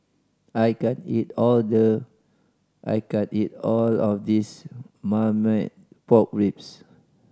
I can't eat all the I can't eat all of this Marmite Pork Ribs